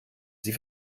sie